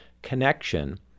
connection